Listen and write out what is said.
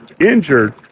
injured